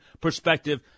perspective